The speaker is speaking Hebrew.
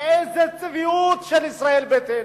איזה צביעות של ישראל ביתנו.